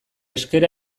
esker